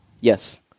Yes